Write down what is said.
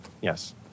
Yes